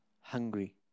hungry